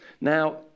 Now